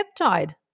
peptide